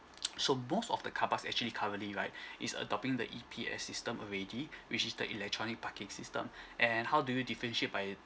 so both of the carpark actually currently right it's a the E_P_S system already which is the electronic parking system and how do you differentiate by